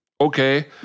Okay